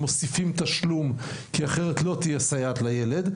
מוסיפים תשלום כי אחרת לא תהיה סייעת לילד,